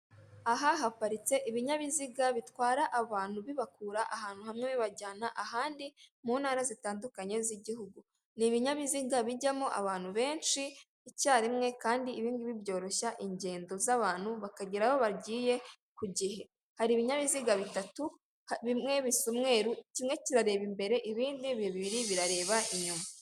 Mu rwanda hari abacururiza ku ikoranabuhanga nko mu Rukari. Wabagana ugatuma ibyo ukeneye byose bakabikugezaho utiriwe uva aho uherereye guhaha wifashishije ikoranabuhanga na byo ni byiza biradufasha.